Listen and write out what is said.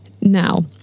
Now